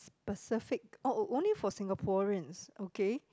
specific oh oh only for Singaporeans okay